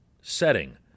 setting